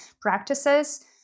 practices